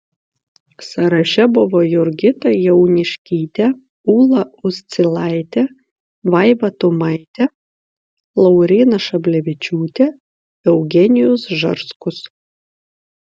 sąraše buvo jurgita jauniškytė ūla uscilaitė vaiva tumaitė lauryna šablevičiūtė eugenijus žarskus